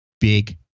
Big